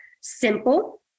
simple